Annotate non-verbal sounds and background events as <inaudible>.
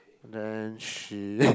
then she <laughs>